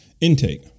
intake